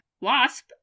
Wasp